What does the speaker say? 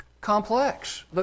complex